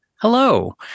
Hello